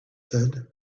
said